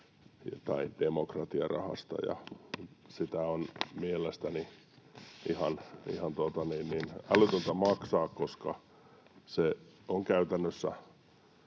tai demokratiarahasta, ja sitä on mielestäni ihan älytöntä maksaa, koska se on käytännössä